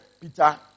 Peter